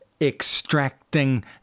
extracting